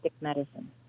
medicine